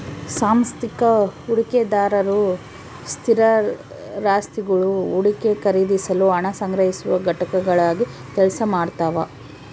ಸಾಂಸ್ಥಿಕ ಹೂಡಿಕೆದಾರರು ಸ್ಥಿರಾಸ್ತಿಗುಳು ಹೂಡಿಕೆ ಖರೀದಿಸಲು ಹಣ ಸಂಗ್ರಹಿಸುವ ಘಟಕಗಳಾಗಿ ಕೆಲಸ ಮಾಡ್ತವ